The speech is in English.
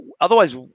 otherwise